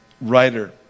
writer